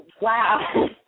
Wow